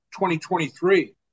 2023